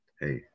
hey